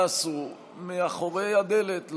תעשו מאחורי הדלת,